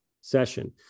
session